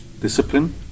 Discipline